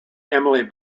emily